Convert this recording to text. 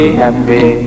happy